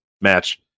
match